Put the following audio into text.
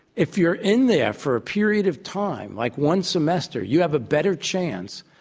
if you're in there for a period of time like one semester, you have a better chance,